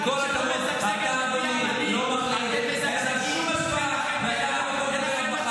עם כל הכבוד, שלא מזגזגת לפי המנהיג.